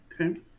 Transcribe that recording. Okay